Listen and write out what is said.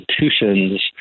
institutions